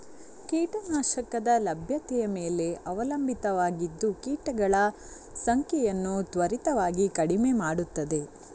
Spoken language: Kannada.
ಕೀಟ ನಾಶಕದ ಲಭ್ಯತೆಯ ಮೇಲೆ ಅವಲಂಬಿತವಾಗಿದ್ದು ಕೀಟಗಳ ಸಂಖ್ಯೆಯನ್ನು ತ್ವರಿತವಾಗಿ ಕಡಿಮೆ ಮಾಡುತ್ತದೆ